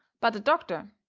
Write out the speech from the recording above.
but the doctor,